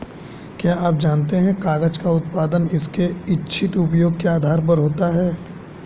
क्या आप जानते है कागज़ का उत्पादन उसके इच्छित उपयोग के आधार पर होता है?